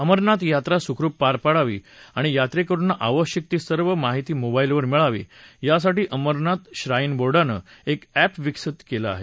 अमरनाथ यात्रा सुखरूप पार पडावी आणि यात्रेकरूना आवश्यक ती सर्व ती माहिती मोबाईलवर मिळावी यासाठी अमरनाथ श्राउि बोर्डानं एक अॅप विकसित केलं आहे